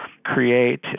create